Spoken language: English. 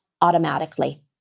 automatically